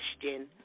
question